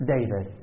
David